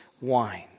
wine